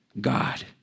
God